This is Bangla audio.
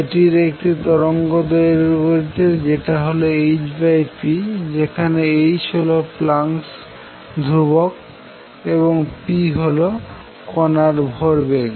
এটির একটি তরঙ্গ দৈর্ঘ্য রয়েছে যেটা হল hp যেখানে h হল প্লাঙ্কস ধ্রুবক Planck's constant এবং p হল কণার ভরবেগ